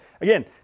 again